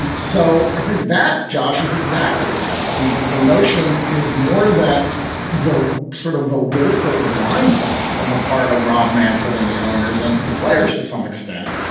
um so i think that josh is exactly right. and the the notion is more that the sort of the willful blindness on the part of rob manfred and the owners and the players to some extent,